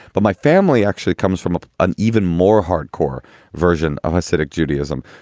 but my family actually comes from an even more hardcore version of hasidic judaism.